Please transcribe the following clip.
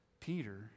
Peter